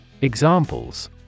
Examples